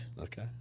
Okay